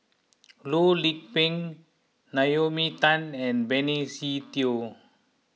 Loh Lik Peng Naomi Tan and Benny Se Teo